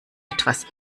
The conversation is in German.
etwas